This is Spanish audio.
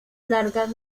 largas